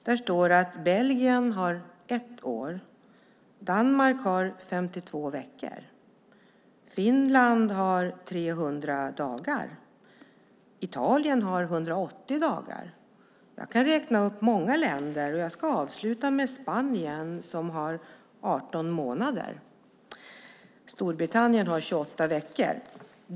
Där står det att Belgien har ett år, Danmark har 52 veckor, Finland har 300 dagar och Italien har 180 dagar. Jag kan räkna upp många länder, och jag ska avsluta med Spanien som har 18 månader och Storbritannien som har 28 veckor.